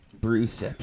Bruce